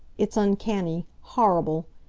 it's uncanny horrible!